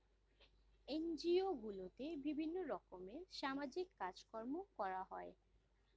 NGO গুলোতে বিভিন্ন রকমের সামাজিক কাজকর্ম করা হয়